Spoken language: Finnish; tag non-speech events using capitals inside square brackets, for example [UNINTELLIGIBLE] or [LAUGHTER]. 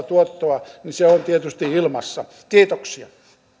[UNINTELLIGIBLE] tuottoa on tietysti ilmassa kiitoksia arvoisa